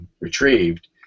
retrieved